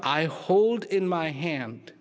i hold in my hand